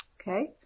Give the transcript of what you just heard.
Okay